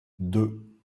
deux